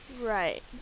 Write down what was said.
Right